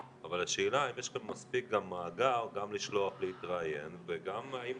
אבל השאלה אם יש לכם מאגר גם לשלוח להתראיין וגם אם